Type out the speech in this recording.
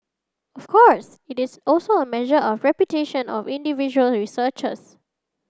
of course it is also a measure of reputation of individual researchers